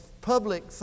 public